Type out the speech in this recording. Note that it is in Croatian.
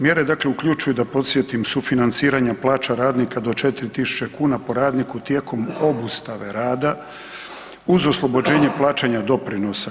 Mjere dakle uključuju da podsjetim, sufinanciranja plaća radnika do 4.000 kuna po radniku tijekom obustave rada uz oslobođenje plaćanja doprinosa.